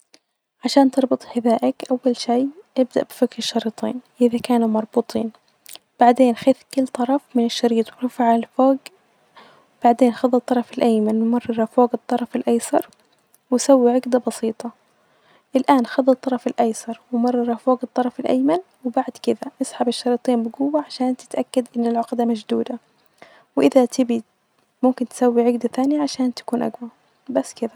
عشان تربط حذاءك أول شئ إبدأ بفك الشريطين إذا كانوا مربوطين، بعدين خذ كل طرف من الشريط وأرفعة لفوج بعدين خذ الطرف الأيمن ممرة فوج الطرف الأيسر ،وسوي عجدة بسيطة، الآن خذ الطرف الأيسر ومررة فوج الطرف الايمن وبعد كدة إسحب الشريطين بجوة عشان تتأكد إن العقدة مشدودة وإذا تبغي ممكن تسوي عقدة ثانية عشان تكون أجوي بس كدة.